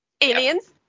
Aliens